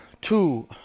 two